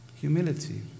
humility